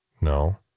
No